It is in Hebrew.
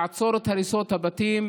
לעצור את הריסות הבתים,